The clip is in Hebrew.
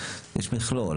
יש מכלול.